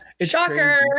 Shocker